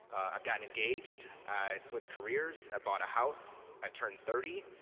i've gotten engaged, i switched careers, i bought a house, i turned thirty.